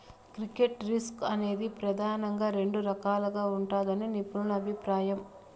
credit risk అనేది ప్రెదానంగా రెండు రకాలుగా ఉంటదని నిపుణుల అభిప్రాయం